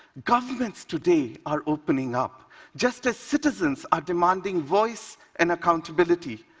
governments today are opening up just as citizens are demanding voice and accountability.